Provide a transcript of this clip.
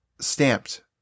stamped